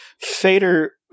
Fader